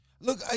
look